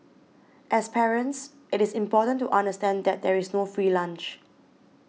as parents it is important to understand that there is no free lunch